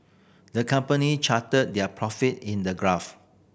the company charted their profit in the graph